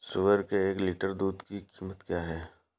सुअर के एक लीटर दूध की कीमत क्या है?